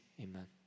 amen